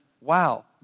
wow